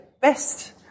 best